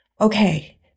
Okay